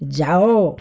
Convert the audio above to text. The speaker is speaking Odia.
ଯାଅ